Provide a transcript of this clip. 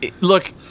Look